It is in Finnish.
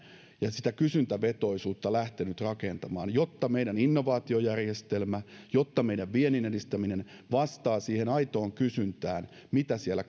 ja sitä kysyntävetoisuutta lähtenyt rakentamaan jotta meidän innovaatiojärjestelmämme jotta meidän vienninedistäminen vastaa siihen aitoon kysyntään mitä siellä